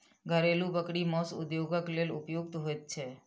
घरेलू बकरी मौस उद्योगक लेल उपयुक्त होइत छै